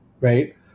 right